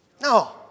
No